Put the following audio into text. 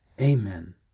Amen